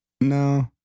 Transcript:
No